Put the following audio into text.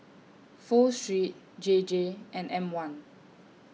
Pho Street J J and M one